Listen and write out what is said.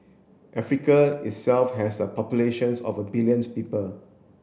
Africa itself has a populations of a billions people